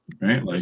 Right